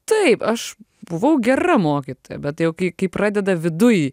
taip aš buvau gera mokytoja bet jau kai kai pradeda viduj